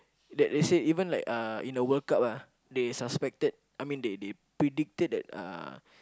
that they say even like uh in a World Cup ah they suspected I mean they they predicted that uh